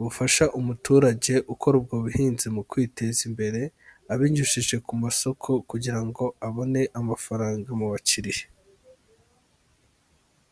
bufasha umuturage gukora ubwo buhinzi mu kwiteza imbere, abinyujije ku masoko kugira ngo abone amafaranga mu bakiriya.